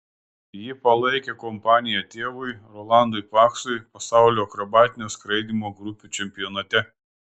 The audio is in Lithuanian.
ji palaikė kompaniją tėvui rolandui paksui pasaulio akrobatinio skraidymo grupių čempionate